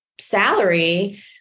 salary